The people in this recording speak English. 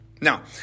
Now